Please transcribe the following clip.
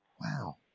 Wow